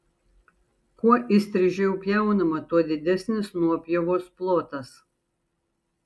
kuo įstrižiau pjaunama tuo didesnis nuopjovos plotas